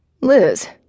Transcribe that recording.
Liz